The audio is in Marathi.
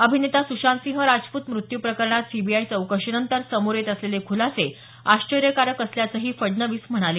अभिनेता सुशांतसिंह राजपूत मृत्यू प्रकरणात सीबीआय चौकशीनंतर समोर येत असलेले खुलासे आश्चर्यकारक असल्याचं फडणवीस म्हणाले